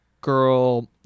girl